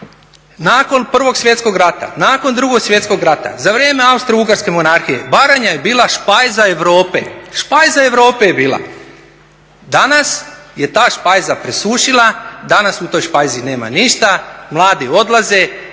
Nakon 1. svjetskog rata, nakon 2. svjetskog rata, za vrijeme austrougarske monarhije Baranja je bila špajza Europe. Danas je ta špajza presušila, danas u toj špajzi nema ništa, mladi odlaze,